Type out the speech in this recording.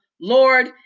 Lord